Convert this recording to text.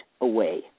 away